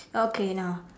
okay now